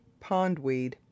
Pondweed